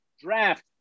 draft